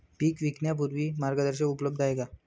पीक विकण्यापूर्वी मार्गदर्शन उपलब्ध आहे का?